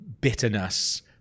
bitterness